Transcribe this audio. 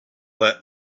that